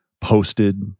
posted